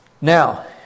Now